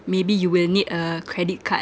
maybe you will need a credit card